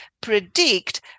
predict